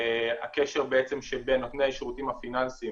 הקשר שבין נותני השירותים הפיננסיים